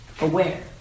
aware